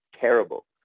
terrible